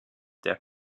der